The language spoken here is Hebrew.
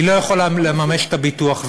היא לא יכולה לממש את הביטוח.